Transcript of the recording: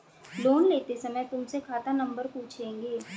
loan लेते समय तुमसे खाता नंबर पूछेंगे